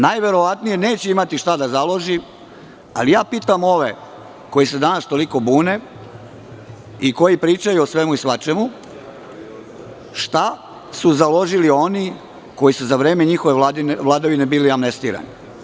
Najverovatnije neće imati šta da založi, ali pitam ove koji se danas toliko bune i koji pričaju o svemu i svačemu, šta su založili oni koji su za vreme njihove vladavine bili amnestirani?